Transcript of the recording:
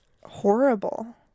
Horrible